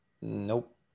Nope